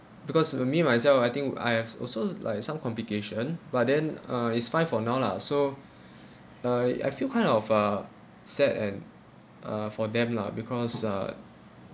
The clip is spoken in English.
because uh me myself I think I have also like some complication but then uh it's fine for now lah so uh I feel kind of uh sad and uh for them lah because ah